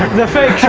the fake